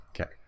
Okay